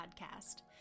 podcast